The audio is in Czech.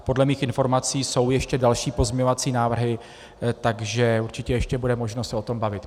Podle mých informací jsou ještě další pozměňovací návrhy, takže určitě bude ještě možnost se o tom bavit.